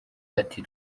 ati